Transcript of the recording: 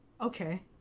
Okay